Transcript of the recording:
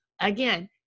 Again